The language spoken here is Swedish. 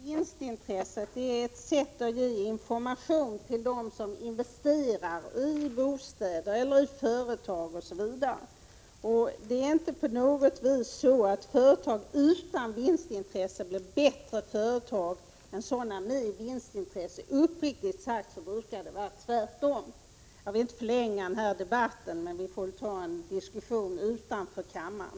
Herr talman! Jag vill bara påpeka att det där med vinstintresse bara är ett sätt att ge information till dem som investerar i bostäder eller i företag osv. Det förhåller sig inte på ett sådant sätt att företag utan vinstintresse blir bättre än företag med vinstintresse. Uppriktigt sagt brukar det vara tvärtom. Jag vill inte förlänga den här debatten, utan vi får väl föra en diskussion utanför kammaren.